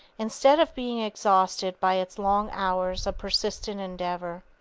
instead of being exhausted by its long hours of persistent endeavor,